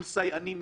עם סייענים מסביב,